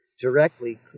directly